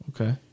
Okay